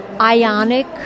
ionic